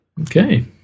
Okay